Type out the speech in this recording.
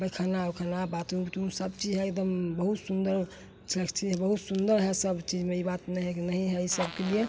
पैख़ाना ओख़ाना बाथरूम उथरूम सब चीज़ है एकदम बहुत सुन्दर सब चीज़ बहुत सुन्दर है सब चीज़ में यह बात नहीं कि नहीं है यह सबके लिए